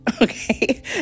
okay